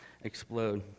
explode